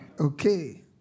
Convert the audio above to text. Okay